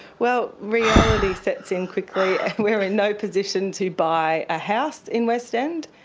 well, reality sets in quickly. we're in no position to buy a house in west end,